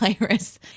Iris